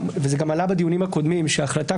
וזה גם עלה בדיונים הקודמים שההחלטה